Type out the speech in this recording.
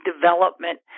development